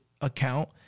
account